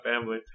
family